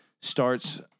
starts